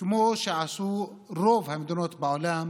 כמו שעשו רוב המדינות בעולם.